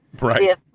Right